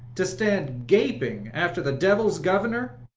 to stand gaping after the devil's governor,